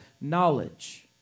knowledge